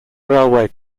railway